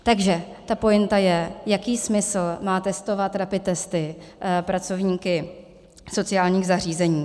Takže ta pointa je, jaký smysl má testovat rapid testy pracovníky sociálních zařízení.